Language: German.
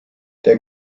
der